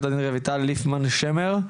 עו"ד רויטל ליפמן שמר,